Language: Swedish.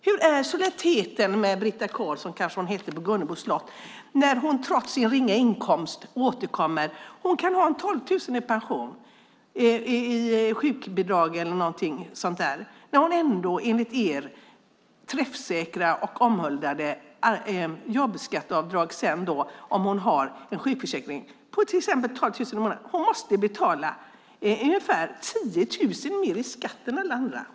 Hur är solidariteten med Britta Karlsson, som hon kanske heter, på Gunnebo slott när hon trots sin ringa inkomst återkommer i arbete? Hon kan ha 12 000 i pension eller sjukbidrag. Om hon har en sjukförsäkring på till exempel 12 000 kronor i månaden måste hon, enligt ert träffsäkra och omhuldade jobbskatteavdrag, betala ungefär 10 000 kronor mer i skatt än alla andra.